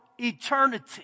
eternity